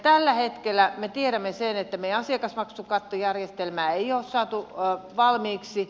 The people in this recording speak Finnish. tällä hetkellä me tiedämme sen että meidän asiakasmaksukattojärjestelmäämme ei ole saatu valmiiksi